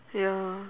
ya